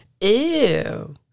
Ew